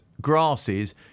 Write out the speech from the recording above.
grasses